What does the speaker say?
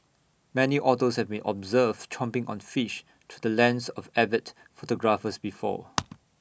many otters have been observed chomping on fish through the lens of avid photographers before